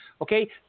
Okay